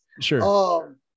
Sure